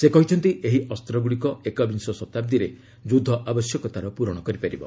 ସେ କହିଛନ୍ତି ଏହି ଅସ୍ତ୍ରଗ୍ରଡ଼ିକ ଏକବିଂଶ ଶତାବ୍ଦୀରେ ଯୁଦ୍ଧ ଆବଶ୍ୟକତାର ପୂରଣ କରିପାରିବ